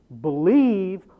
Believe